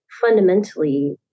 fundamentally